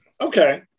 okay